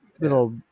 little